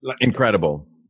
incredible